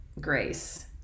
grace